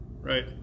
right